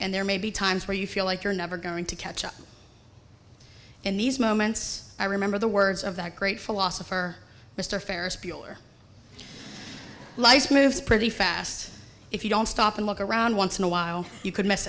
and there may be times where you feel like you're never going to catch up in these moments i remember the words of that great philosopher mr ferris bueller life moves pretty fast if you don't stop and look around once in a while you could miss